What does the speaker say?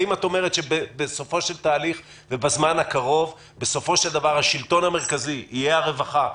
האם את אומרת שבזמן הקרוב בסופו של תהליך השלטון המרכזי יהיה הרווחה,